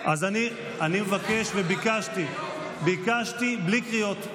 אז אני מבקש וביקשתי, ביקשתי בלי קריאות.